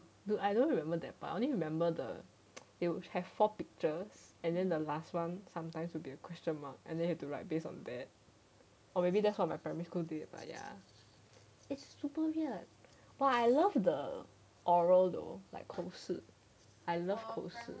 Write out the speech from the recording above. dude I don't remember that part but I only remember the it'll have four pictures and then the last one sometimes will be a question mark and then you have to like based on that or maybe that's what my primary school did but ya it's super weird but I love the oral though like 口试 you know 口试